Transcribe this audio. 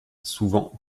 souvent